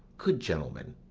good gentlemen,